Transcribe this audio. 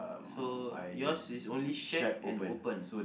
so yours is only shack and open